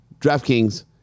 DraftKings